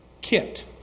kit